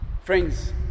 friends